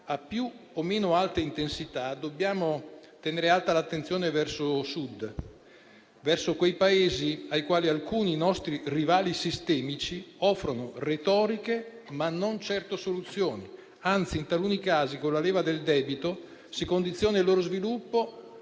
a più o meno alta intensità, dobbiamo tenere alta l'attenzione verso Sud, verso quei Paesi ai quali alcuni nostri rivali sistemici offrono retoriche, ma non certo soluzioni. Anzi, in taluni casi, con la leva del debito, si condiziona il loro sviluppo